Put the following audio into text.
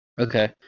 Okay